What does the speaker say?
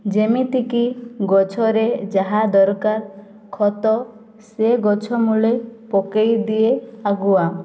ଯେମିତିକି ଗଛରେ ଯାହା ଦରକାର ଖତ ସେ ଗଛ ମୂଳେ ପକାଇ ଦିଏ ଆଗୁଆ